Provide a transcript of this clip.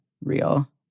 real